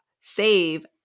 save